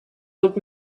old